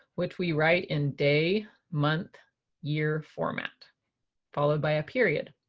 which we write in day month year format followed by a period.